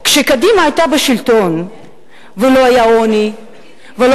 כשקדימה היתה בשלטון ולא היה עוני ולא